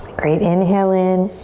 great, inhale in.